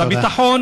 אז הביטחון